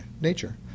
nature